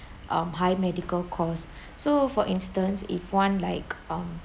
um high medical costs so for instance if one like um